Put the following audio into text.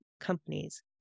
companies